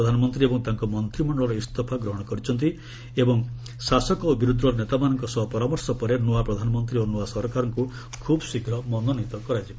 ପ୍ରଧାନମନ୍ତ୍ରୀ ଏବଂ ତାଙ୍କ ମନ୍ତ୍ରିମଣ୍ଡଳର ଇସ୍ତଫା ଗ୍ରହଣ କରିଛନ୍ତି ଏବଂ ଶାସକ ଓ ବିରୋଧୀଦଳର ନେତାମାନଙ୍କ ସହ ପରାମର୍ଶ ପରେ ନୂଆ ପ୍ରଧାନମନ୍ତ୍ରୀ ଓ ନୂଆ ସରକାରଙ୍କୁ ଖୁବ୍ଶୀଘ୍ର ମନୋନୀତ କରାଯିବ